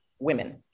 Women